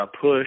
push